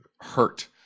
hurt